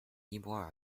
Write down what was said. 尼泊尔